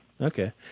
Okay